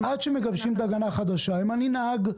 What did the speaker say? עד שמגבשים תקנה חדשה, אם אני נהג?